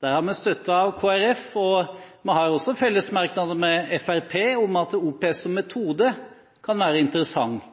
Der har vi støtte av Kristelig Folkeparti, og vi har også fellesmerknader med Fremskrittspartiet om at OPS som metode kan være interessant.